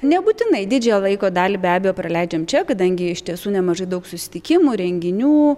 nebūtinai didžiąją laiko dalį be abejo praleidžiam čia kadangi iš tiesų nemažai daug susitikimų renginių